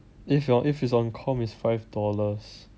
if your if it's on com is five dollars